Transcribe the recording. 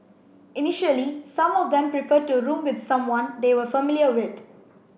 initially some of them preferred to room with someone they were familiar with